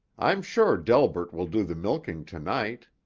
i'm sure delbert will do the milking tonight.